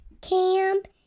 camp